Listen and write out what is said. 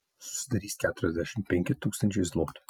susidarys keturiasdešimt penki tūkstančiai zlotų